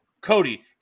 Cody